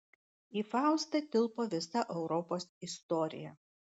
į faustą tilpo visa europos istorija